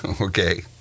okay